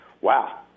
wow